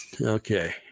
Okay